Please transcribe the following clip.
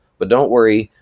but don't worry.